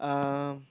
um